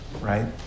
right